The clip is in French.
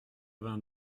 vingt